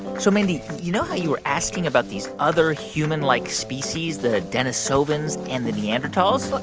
so mindy, you know how you were asking about these other humanlike species the denisovans and the neanderthals? but